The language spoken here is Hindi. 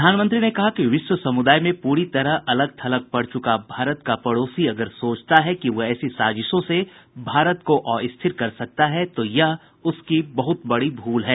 प्रधानमंत्री ने कहा कि विश्व समुदाय में पूरी तरह अलग थलग पड़ चुका भारत का पड़ोसी अगर सोचता है कि वह ऐसी साजिशों से भारत को अस्थिर कर सकता है तो यह उसकी बहुत बड़ी भूल है